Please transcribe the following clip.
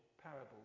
parables